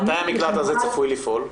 עד מתי המקלט הזה עשוי לפעול?